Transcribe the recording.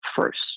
first